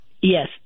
Yes